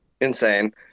insane